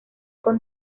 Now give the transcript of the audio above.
con